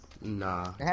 Nah